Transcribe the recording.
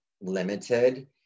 limited